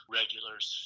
regulars